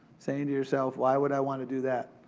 saying to yourself, why would i want to do that?